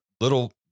little